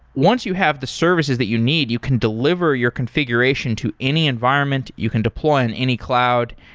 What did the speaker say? once you have the services that you need, you can delivery your configuration to any environment, you can deploy on any cloud,